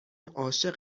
عاشق